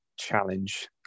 challenge